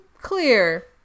clear